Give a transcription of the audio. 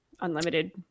unlimited